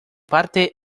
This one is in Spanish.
parte